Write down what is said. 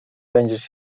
będziesz